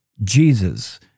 Jesus